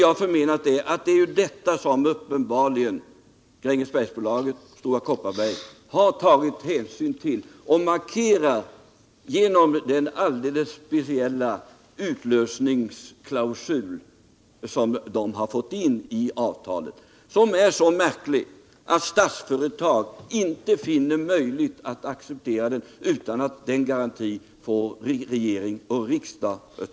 Jag förmenar att det är detta som Grängesbergsbolaget och Stora Kopparberg har tagit hänsyn till och markerat genom den alldeles speciella utvecklingsklausul som de har fått in i avtalet och som är så märklig att Statsföretag inte finner det möjligt att acceptera den utan en garanti från regering och riksdag.